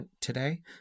today